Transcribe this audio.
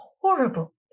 horrible